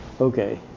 Okay